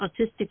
autistic